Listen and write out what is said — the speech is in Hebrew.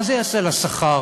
מה זה יעשה לשכר?